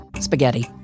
Spaghetti